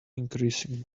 increasing